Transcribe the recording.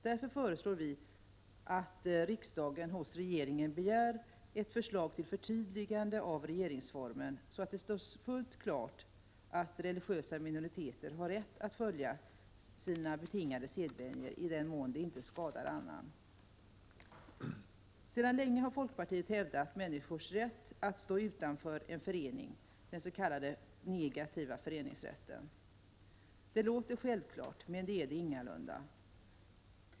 Därför föreslår vi att riksdagen hos regeringen begär ett förslag till förtydligande av regeringsformen, så att det står fullt Prot. 1987/88:31 klart att religiösa minoriteter har rätt att följa sina betingade sedvänjor i den 25 november 1987 mån det inte skadar annan. Sedan länge har folkpartiet hävdat människors rätt att stå utanför en förening, den s.k. negativa föreningsrätten. Det låter självklart, men det är det ingalunda.